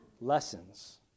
lessons